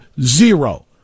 zero